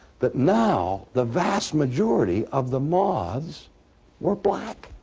that now the vast majority of the moths were black